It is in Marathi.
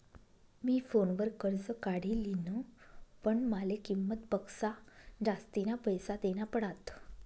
मी फोनवर कर्ज काढी लिन्ह, पण माले किंमत पक्सा जास्तीना पैसा देना पडात